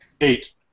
eight